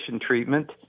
treatment